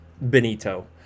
Benito